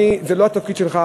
זה לא התפקיד שלך,